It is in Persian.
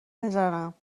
بزنم